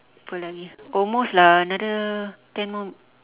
apa lagi almost lah another ten more